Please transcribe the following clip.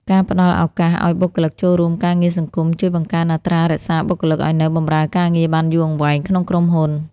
ការផ្ដល់ឱកាសឱ្យបុគ្គលិកចូលរួមការងារសង្គម ជួយបង្កើនអត្រារក្សាបុគ្គលិកឱ្យនៅបម្រើការងារបានយូរអង្វែងក្នុងក្រុមហ៊ុន។